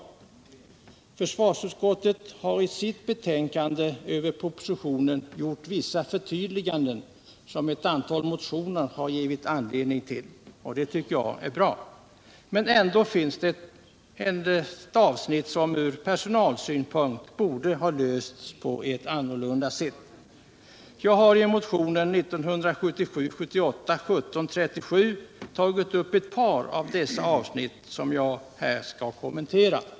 Försvarsutskottet har i sitt betänkande över propositionen gjort vissa förtydliganden som ett antal motioner har givit anledning till, och det är bra. Men ändå finns det avsnitt som från personalsynpunkt borde ha lösts på ett annorlunda sätt. Jag har i motionen 1977/78:1737 tagit upp ett par av dessa avsnitt, som jag här skall kommentera.